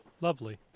Lovely